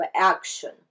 action